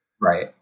Right